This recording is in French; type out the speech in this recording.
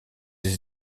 des